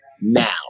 now